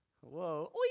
whoa